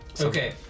okay